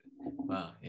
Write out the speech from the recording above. wow